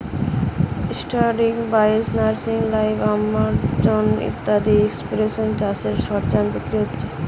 industry বাইশ, nursery live, Amazon ইত্যাদি এপ্লিকেশানে চাষের সরঞ্জাম বিক্রি হচ্ছে